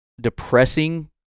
depressing